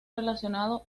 relacionado